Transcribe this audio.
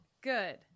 Good